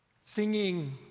singing